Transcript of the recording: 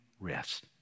rest